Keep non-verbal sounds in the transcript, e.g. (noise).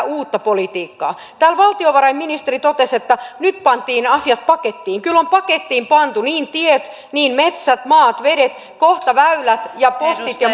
(unintelligible) uutta politiikkaa täällä valtiovarainministeri totesi että nyt pantiin asiat pakettiin kyllä on pakettiin pantu niin tiet niin metsät maat vedet kohta väylät ja postit ja (unintelligible)